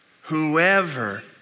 whoever